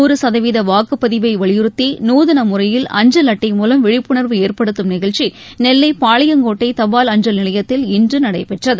நாறுசதவீதவாக்குப்பதிவைவலியுறுத்திநூதனமுறையில் அஞ்சல் அட்ளட மூலம் விழிப்புணர்வு ஏற்படுத்தும் நிகழ்ச்சிநெல்லைபாளையங்கோட்டைதபால் அஞ்சல் நிலையத்தில் இன்றுநடைபெற்றது